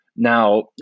Now